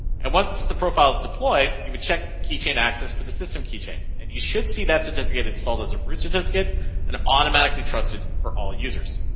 and what's the profiles deployed you would check keychain access for the system keychain and you should see that certificate installed as a root certificate and automatically trusted for all users.